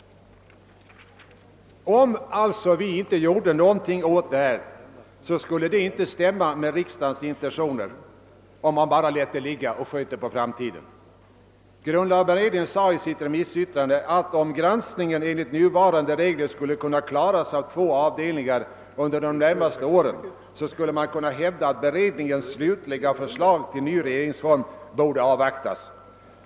Om vi bara sköt saken på framtiden skulle det alltså inte stämma med riksdagens intentioner. Grundlagberedningen sade i sitt remissyttrande att om granskningen enligt nuvarande regler skulle kunna klaras av två avdelningar under de närmaste åren, så skulle man kunna hävda att beredningens slutliga förslag till ny RF borde avvaktas.